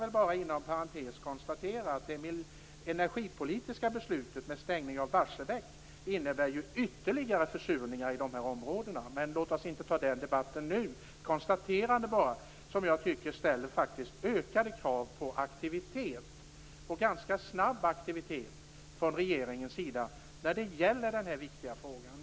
Sedan kan jag inom parentes konstatera att det energipolitiska beslutet att stänga Barsebäck innebär ytterligare försurningar i de här områdena. Men låt oss inte ta den debatten nu. Detta är bara ett konstaterande att det nu ställs ökade krav på aktivitet, och ganska snabb aktivitet, från regeringens sida när det gäller den här viktiga frågan.